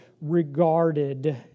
regarded